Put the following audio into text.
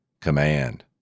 command